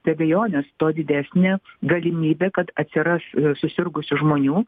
be abejonės tuo didesnė galimybė kad atsiras susirgusių žmonių